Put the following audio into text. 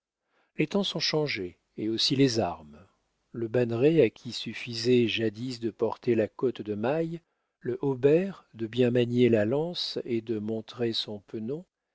les temps sont changés et aussi les armes le banneret à qui suffisait jadis de porter la cotte de maille le haubert de bien manier la lance et de montrer son pennon